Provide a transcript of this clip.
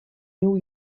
new